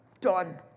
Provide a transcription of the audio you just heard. Done